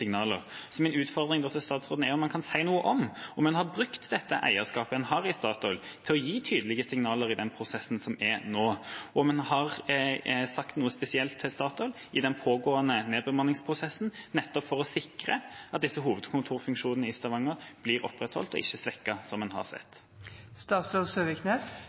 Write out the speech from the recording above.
Så min utfordring til statsråden er om han kan si noe om hvorvidt man har brukt dette eierskapet man har i Statoil, til å gi tydelige signaler i den prosessen som er nå, og om man har sagt noe spesielt til Statoil i den pågående nedbemanningsprosessen nettopp for å sikre at disse hovedkontorfunksjonene i Stavanger blir opprettholdt – og ikke svekket, som man har